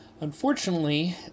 Unfortunately